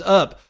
up